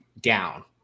down